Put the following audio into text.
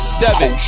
seven